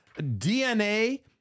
DNA